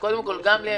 גם אני